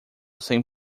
sem